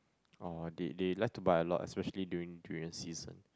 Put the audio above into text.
oh they they like to buy a lot especially during durian season